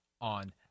on